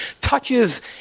touches